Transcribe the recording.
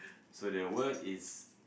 so the word is